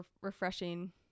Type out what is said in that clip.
refreshing